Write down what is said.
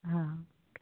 हँ